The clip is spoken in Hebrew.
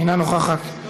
אינה נוכחת.